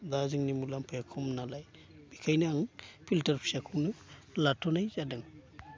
दा जोंनि मुलाम्फाया खम नालाय बेखायनो आं फिल्टार फिसाखौनो लाथ'नाय जादों